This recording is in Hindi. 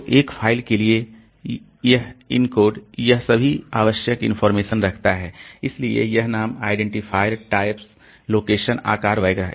तो एक फाइल के लिए यह इनकोड यह सभी आवश्यक इनफार्मेशन रखता है इसलिए यह नाम आइडेंटिफायर टाइप्स लोकेशन आकार वगैरह